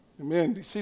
Amen